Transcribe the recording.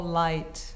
light